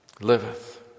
liveth